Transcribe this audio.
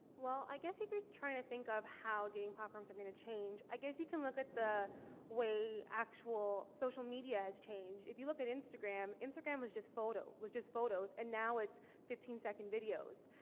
well i guess if you're trying to think of how dating platforms are gonna change, i guess you can look at the way actual social media has changed. if you look at instagram, instagram was just photo, was just photos, and now it's fifteen second videos.